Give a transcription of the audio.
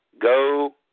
Go